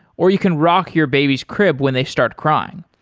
or you can rock your baby's crib when they start crying.